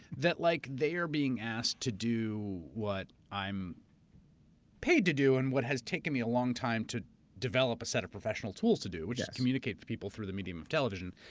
that like they are being asked to do what i'm paid to do and what has taken me a long time to develop a set of professional tools to do, which is communicate to people through the medium of television.